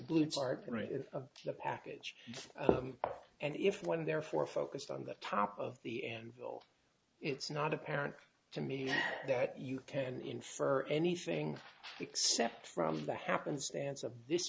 blue part of the package and if one therefore focused on the top of the and bill it's not apparent to me that you can infer anything except from the happenstance of this